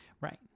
Right